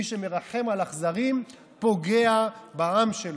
מי שמרחם על אכזרים פוגע בעם שלו,